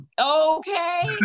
Okay